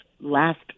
last